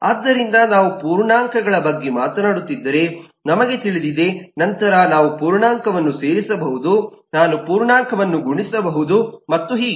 ಆದ್ದರಿಂದ ನಾವು ಪೂರ್ಣಾಂಕಗಳ ಬಗ್ಗೆ ಮಾತನಾಡುತ್ತಿದ್ದರೆ ನಮಗೆ ತಿಳಿದಿದೆ ನಂತರ ನಾನು ಪೂರ್ಣಾಂಕವನ್ನು ಸೇರಿಸಬಹುದು ನಾನು ಪೂರ್ಣಾಂಕವನ್ನು ಗುಣಿಸಬಹುದು ಮತ್ತು ಹೀಗೆ